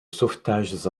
sauvetages